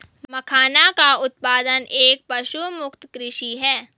मखाना का उत्पादन एक पशुमुक्त कृषि है